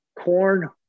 corn